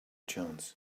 chance